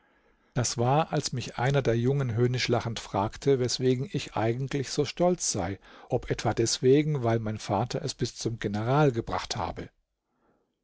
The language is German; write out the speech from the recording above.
das war als mich einer der jungen höhnisch lachend fragte weswegen ich eigentlich so stolz sei ob etwa deswegen weil mein vater es bis zum general gebracht habe